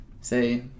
say